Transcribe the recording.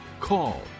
call